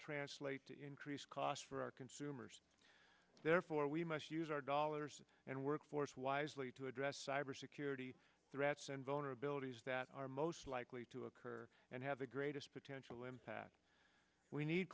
translate to increased cost for our consumers therefore we must use our dollars and workforce wisely to address cyber security threats and vulnerabilities that that are most likely to occur and have the greatest potential impact we need